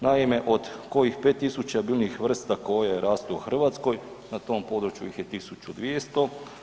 Naime, od kojih 5000 biljnih vrsta koje rastu u Hrvatskoj, na tom području ih je 1200.